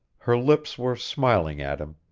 her lips were smiling at him,